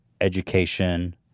education